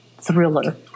thriller